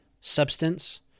substance